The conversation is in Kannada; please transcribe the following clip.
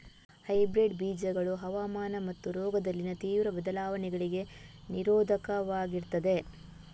ಹೈಬ್ರಿಡ್ ಬೀಜಗಳು ಹವಾಮಾನ ಮತ್ತು ರೋಗದಲ್ಲಿನ ತೀವ್ರ ಬದಲಾವಣೆಗಳಿಗೆ ನಿರೋಧಕವಾಗಿರ್ತದೆ